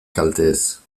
kalteez